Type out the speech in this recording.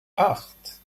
acht